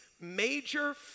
major